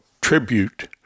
tribute